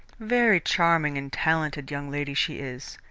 very charming and talented young lady she is.